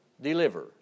deliver